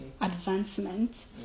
advancement